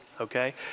okay